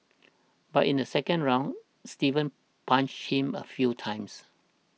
but in the second round Steven punched him a few times